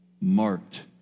marked